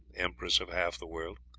empress of half the world,